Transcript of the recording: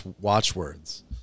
watchwords